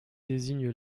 désigne